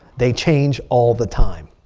they change all the time.